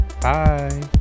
Bye